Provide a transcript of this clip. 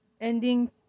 ending